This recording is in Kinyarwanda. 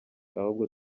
ahubwo